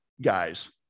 guys